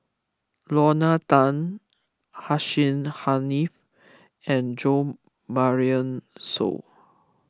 Lorna Tan Hussein Haniff and Jo Marion Seow